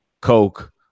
coke